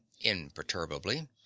imperturbably